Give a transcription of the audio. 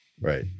Right